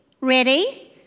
ready